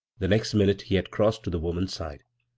the next minute he had crossed to the woman's side.